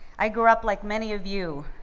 i grew up like many of you,